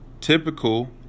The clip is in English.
typical